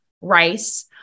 rice